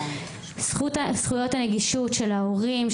זכויות הנגישות של ההורים,